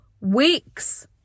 weeks